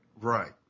Right